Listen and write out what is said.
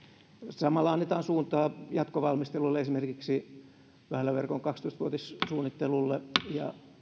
samalla annetaan suuntaa jatkovalmistelulle esimerkiksi väyläverkon kaksitoista vuotissuunnittelulle ja